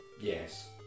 Yes